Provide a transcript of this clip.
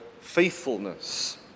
faithfulness